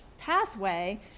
pathway